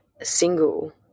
single